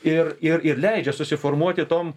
ir ir ir leidžia susiformuoti tom